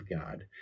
god